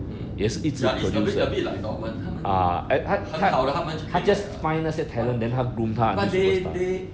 mm ya it's a bit a bit like dorman 他们很好的他们就可以卖 one two but they they